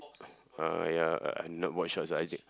uh ya uh no wash was I did